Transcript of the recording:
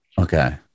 Okay